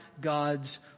God's